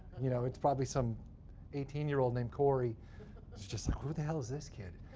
you know it's probably some eighteen year old named cory who's just like, who the hell is this kid?